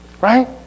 right